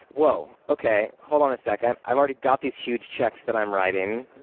whoa! okay. hold on a second. i've already got these huge checks that i'm writing.